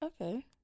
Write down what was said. Okay